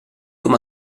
com